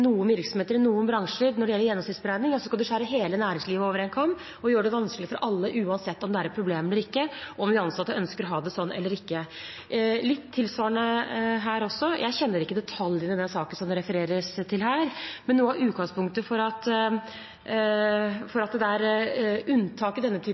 noen virksomheter og i noen bransjer når det gjelder gjennomsnittsberegning, men skal vi skjære hele næringslivet over én kam og gjøre det vanskelig for alle uansett om det er et problem eller ikke, og uansett om de ansatte ønsker å ha det slik eller ikke? Litt tilsvarende er det her også. Jeg kjenner ikke detaljene i saken det refereres til her, men noe av utgangspunktet for at det er unntak i denne